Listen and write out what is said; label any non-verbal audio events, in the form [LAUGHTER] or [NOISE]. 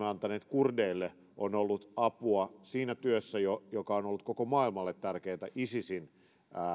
[UNINTELLIGIBLE] antaneet kurdeille on ollut apua siinä työssä joka on ollut koko maailmalle tärkeintä isisin